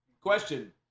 Question